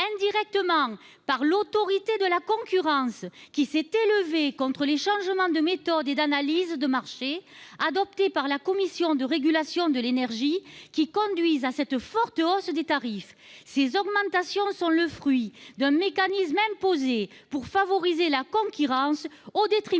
indirectement par l'Autorité de la concurrence, qui s'est élevée contre les changements de méthode et d'analyse de marché adoptés par la Commission de régulation de l'énergie et responsables de cette forte hausse des tarifs. Ces augmentations sont le fruit d'un mécanisme imposé pour favoriser la concurrence, au détriment,